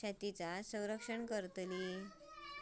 शेतीचा रक्षण करतली